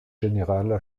générale